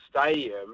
stadium